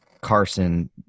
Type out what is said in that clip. Carson